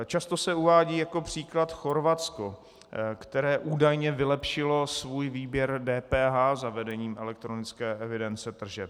Často se uvádí jako příklad Chorvatsko, které údajně vylepšilo svůj výběr DPH zavedením elektronické evidence tržeb.